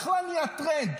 בכלל זה נהיה טרנד,